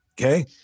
Okay